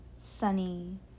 sunny